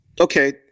Okay